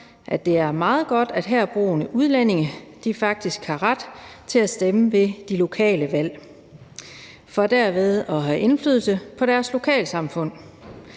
at det er meget godt, at herboende udlændinge faktisk har ret til at stemme ved de lokale valg for derved at have indflydelse på deres lokalsamfund.